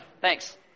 thanks